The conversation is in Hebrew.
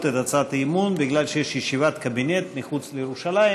את הצעת האי-אמון בגלל שיש ישיבת קבינט מחוץ לירושלים.